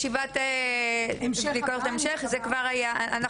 ישיבת בדיקות המשך זה כבר יהיה.